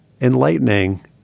enlightening